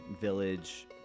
village